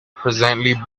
presently